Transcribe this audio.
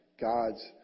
God's